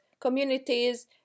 communities